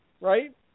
right